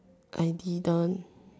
I didn't